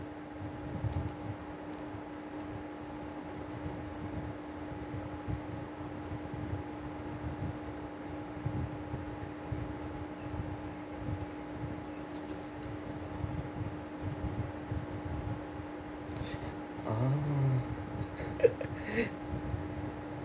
oh